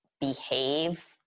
behave